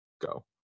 go